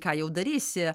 ką jau darysi